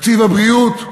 תקציב הבריאות,